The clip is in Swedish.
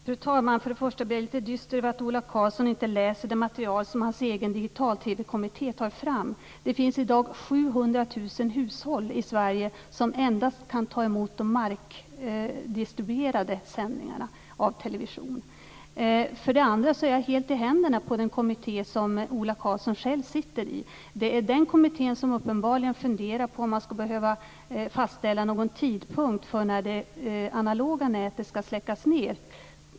Fru talman! För det första blir jag lite dyster över att Ola Karlsson inte läser det material som hans egen digital-TV-kommitté tar fram. Det finns i dag 700 000 hushåll i Sverige som endast kan ta emot televisionens markdistribuerade sändningar. För det andra är jag helt i händerna på den kommitté som Ola Karlsson själv sitter i. Det är den kommitté som uppenbarligen funderar på om man skall behöva fastställa någon tidpunkt för när det analoga nätet ska släckas.